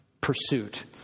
pursuit